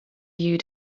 you